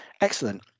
Excellent